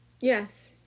yes